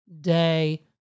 day